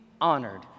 honored